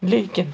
لیکِن